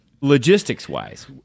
Logistics-wise